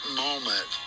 moment